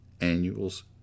annuals